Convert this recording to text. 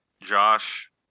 josh